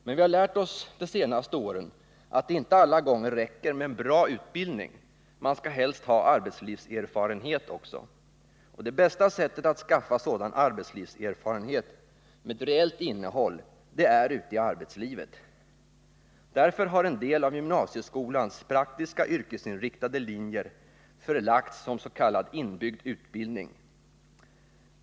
Men vi har lärt oss under de senaste åren att det inte alla gånger räcker med en bra utbildning. Man skall helst ha arbetslivserfarenhet också. Det bästa sättet att skaffa sådan arbetslivserfarenhet med reellt innehåll är ute i arbetslivet. Därför har en del av gymnasieskolans praktiska yrkesinriktade linjer förlagts som s.k. inbyggd utbildning.